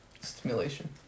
Stimulation